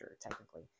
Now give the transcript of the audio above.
technically